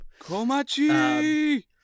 Komachi